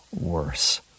worse